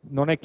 già